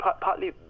Partly